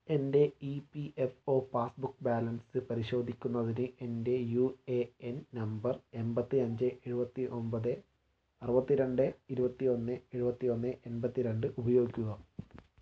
എന്റെ E P F O passbook balance പരിശോധിക്കുന്നതിന് എന്റെ യു എ എൻ നമ്പർ എൺപത്തിയഞ്ച് എഴുപത്തിയൊമ്പത് അറുപത്തിരണ്ട് ഇരുപത്തിയൊന്ന് ഏഴുപത്തിയൊന്ന് എൺപത്തിരണ്ട് ഉപയോഗിക്കുക